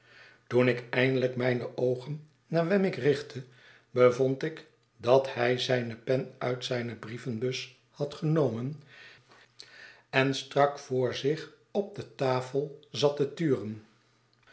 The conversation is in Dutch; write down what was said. toen ik eindelijk mijne oogen naar wemmick richtte bevond ik dat hij z'yne pen uit zijne brievenbus had genomen en strak voor zich op de tafel zat te turen